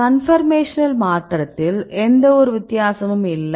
conformational மாற்றத்தில் எந்த வித்தியாசமும் இல்லை